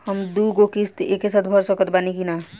हम दु गो किश्त एके साथ भर सकत बानी की ना?